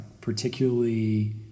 particularly